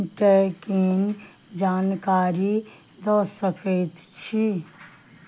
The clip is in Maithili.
ट्रैकिंग जानकारी दऽ सकैत छी